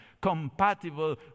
compatible